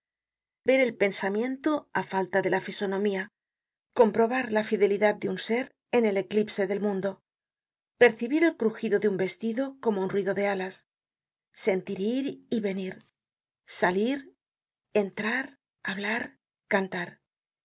ver el pensamiento á falta de la fisonomía comprobar la fidelidad de un ser en el eclipse del mundo percibir el crugido de un vestido como un ruido de alas sentir ir y venir salir entrar hablar cantar